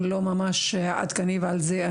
אנחנו מוכנות ומוכנים לפתוח את הדיון המיוחד הזה לכבוד